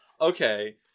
okay